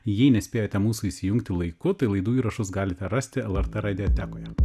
jei nespėjote mūsų įsijungti laiku tai laidų įrašus galite rasti lrt radiotekoje